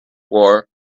war